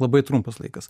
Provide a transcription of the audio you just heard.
labai trumpas laikas